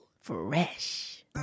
fresh